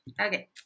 Okay